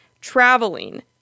traveling